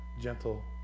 gentle